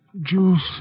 Juice